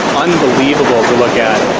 unbelievable to look at.